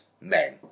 men